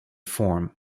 form